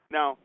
Now